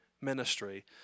ministry